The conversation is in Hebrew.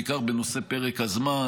בעיקר בנושא פרק הזמן.